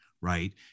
right